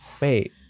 wait